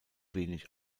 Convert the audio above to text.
wenig